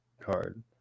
card